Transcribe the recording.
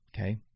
okay